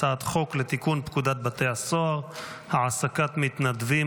הצעת חוק לתיקון פקודת בתי הסוהר (העסקת מתנדבים),